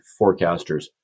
forecasters